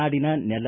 ನಾಡಿನ ನೆಲ